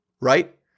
right